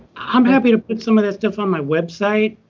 i'm happy to put some of that stuff on my website.